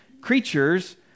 creatures